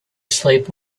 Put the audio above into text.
sleep